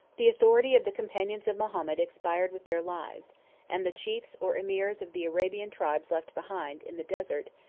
the authority of the companions of mahomet expired with their lives and the chiefs or emirs of the arabian tribes left behind, in the desert,